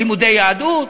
לימודי יהדות.